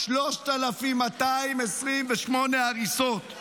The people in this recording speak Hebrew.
3,228 הריסות.